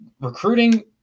recruiting